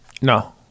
No